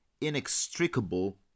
inextricable